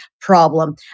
problem